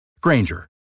Granger